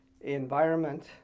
environment